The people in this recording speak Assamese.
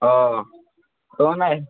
অঁ অঁ লোৱা নাই